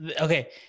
Okay